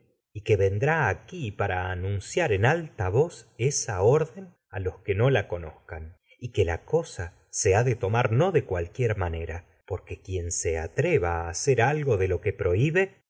y vendrá que no aquí para anunciar y que en alta esa orden los la conozcan la cosa se ha de tomar no de cualquier de lo manera porque quien se atreva a hacer algo que prohibe